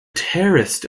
terraced